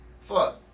fuck